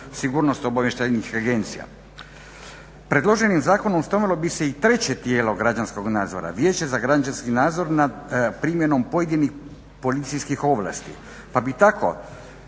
sigurnosno obavještajnih agencija. Predloženim zakonom osnovalo bi se i treće tijelo građanskog nadzora Vijeće za građanski nadzor nad primjenom pojedinih policijskih ovlasti, pa bi tako